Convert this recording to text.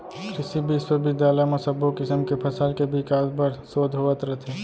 कृसि बिस्वबिद्यालय म सब्बो किसम के फसल के बिकास बर सोध होवत रथे